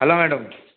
hello madam